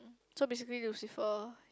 so basically Lucifer